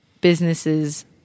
businesses